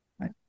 Right